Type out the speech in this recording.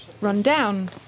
Rundown